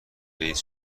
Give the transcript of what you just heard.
رئیس